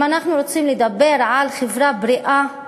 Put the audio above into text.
אם אנחנו רוצים לדבר על חברה בריאה,